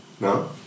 No